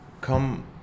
come